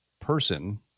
person